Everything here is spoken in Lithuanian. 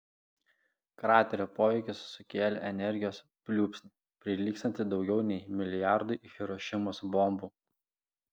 kraterio poveikis sukėlė energijos pliūpsnį prilygstantį daugiau nei milijardui hirošimos bombų